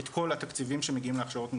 את כל התקציבים שמגיעים להכשרות מקצועיות?